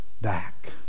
back